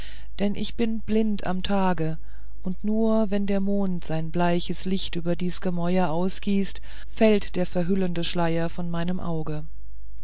denn ich bin blind am tage und nur wenn der mond sein bleiches licht über dies gemäuer ausgießt fällt der verhüllende schleier von meinem auge